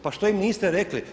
Pa što im niste rekli?